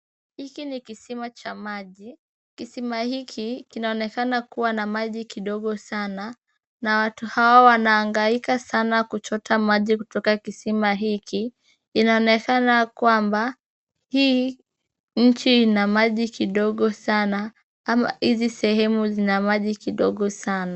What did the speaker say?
Hiki ni kisima cha maji, kisima hiki kinaonekana kuwa na maji kidogo sana, na watu hawa wanahangaika sana kuchota maji kutoka kisima hiki, inaonekana kwamba hii nchi ina maji kidogo sana ama hizi sehemu zina maji kidogo sana.